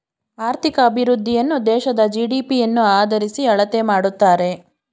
ಆರ್ಥಿಕ ಅಭಿವೃದ್ಧಿಯನ್ನು ದೇಶದ ಜಿ.ಡಿ.ಪಿ ಯನ್ನು ಆದರಿಸಿ ಅಳತೆ ಮಾಡುತ್ತಾರೆ